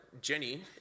Jenny